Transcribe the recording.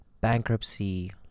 bankruptcy